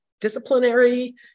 disciplinary